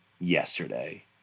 yesterday